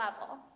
level